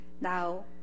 now